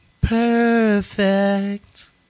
Perfect